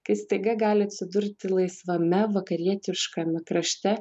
kai staiga gali atsidurti laisvame vakarietiškame krašte